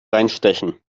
reinstechen